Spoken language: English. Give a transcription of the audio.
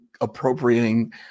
appropriating